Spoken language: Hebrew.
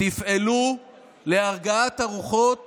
תפעלו להרגעת הרוחות